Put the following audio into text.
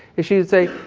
is she would say,